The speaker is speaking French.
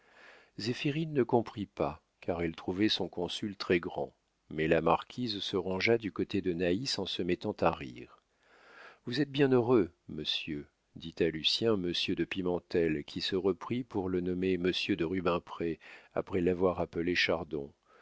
ne comprit pas car elle trouvait son consul très-grand mais la marquise se rangea du côté de naïs en se mettant à rire vous êtes bien heureux monsieur dit à lucien monsieur de pimentel qui se reprit pour le nommer monsieur de rubempré après l'avoir appelé chardon